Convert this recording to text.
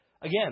Again